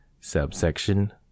Subsection